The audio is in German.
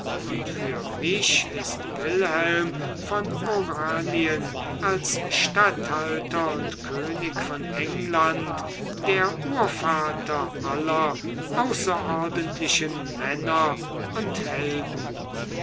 und für mich ist wilhelm von oranien als statthalter und könig von england der urvater aller außerordentlichen männer und helden